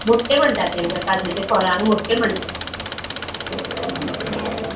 मुट्टे म्हणटात तेंका काजूचे फळांक मुट्टे म्हणटात